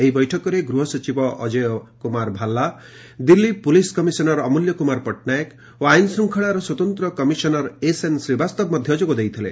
ଏହି ବୈଠକରେ ଗୃହସଚିବ ଅକ୍ଷୟ କୁମାର ଭାଲା ଦିଲ୍ଲୀ ପୁଲିସ୍ କମିଶନର ଅମୂଲ୍ୟ କୁମାର ପଟ୍ଟନାୟକ ଓ ଆଇନଶୃଙ୍ଖଳାର ସ୍ୱତନ୍ତ୍ର କମିଶନର ଏସ୍ଏନ୍ ଶ୍ରୀବାସ୍ତବ ଯୋଗ ଦେଇଥିଲେ